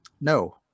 No